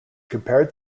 compared